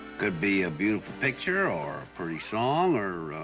could be a beautiful picture or a pretty song or.